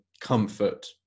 comfort